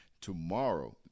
tomorrow